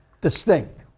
distinct